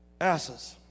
asses